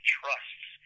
trusts